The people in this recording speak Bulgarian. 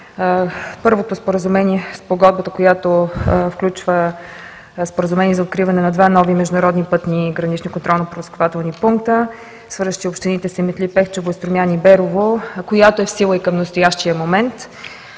първото споразумение – Спогодбата, която включва Споразумение за откриване на два нови международни пътни гранични контролно-пропускателни пункта, свързващи общините Симитли – Пехчево и Струмяни – Берово, която е в сила и към настоящия момент,